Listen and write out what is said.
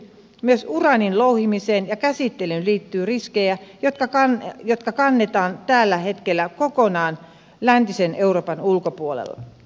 myös uraanin louhimiseen ja käsittelyyn liittyy riskejä jotka kannetaan tällä hetkellä kokonaan läntisen euroopan ulkopuolella